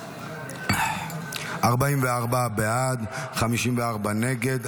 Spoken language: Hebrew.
44 בעד, 54 נגד.